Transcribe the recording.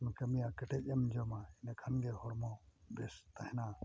ᱠᱟᱹᱢᱤᱭᱟ ᱠᱮᱴᱮᱡ ᱮᱢ ᱡᱚᱢᱟ ᱤᱱᱟᱹᱠᱷᱟᱱ ᱜᱮ ᱦᱚᱲᱢᱚ ᱵᱮᱥ ᱛᱟᱦᱮᱱᱟ